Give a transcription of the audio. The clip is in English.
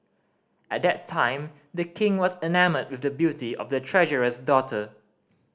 at that time The King was enamoured with the beauty of the treasurer's daughter